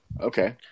Okay